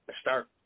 start